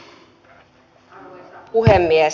arvoisa puhemies